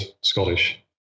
Scottish